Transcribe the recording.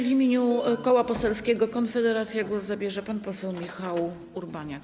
W imieniu Koła Poselskiego Konfederacja głos zabierze pan poseł Michał Urbaniak.